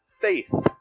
Faith